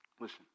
Listen